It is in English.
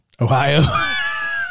Ohio